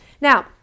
Now